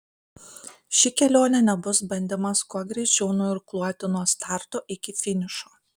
ši kelionė nebus bandymas kuo greičiau nuirkluoti nuo starto iki finišo